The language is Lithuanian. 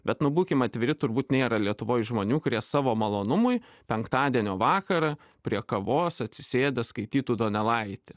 bet nu būkim atviri turbūt nėra lietuvoj žmonių kurie savo malonumui penktadienio vakarą prie kavos atsisėdę skaitytų donelaitį